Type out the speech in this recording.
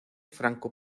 franco